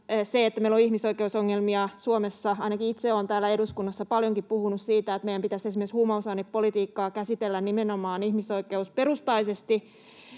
se, että meillä on ihmisoikeusongelmia Suomessa. Ainakin itse olen täällä eduskunnassa paljonkin puhunut siitä, että meidän pitäisi esimerkiksi huumausainepolitiikkaa käsitellä nimenomaan ihmisoi-keusperustaisesti.